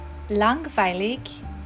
langweilig